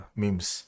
memes